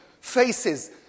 faces